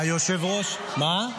היושב-ראש, מה?